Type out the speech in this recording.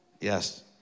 Yes